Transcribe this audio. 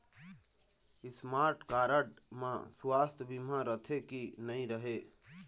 Smart card म सुवास्थ बीमा रथे की नई रहे?